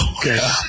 Okay